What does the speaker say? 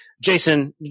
Jason